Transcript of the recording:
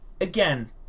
Again